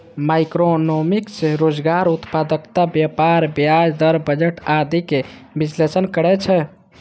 macroeconomics रोजगार, उत्पादकता, व्यापार, ब्याज दर, बजट आदिक विश्लेषण करै छै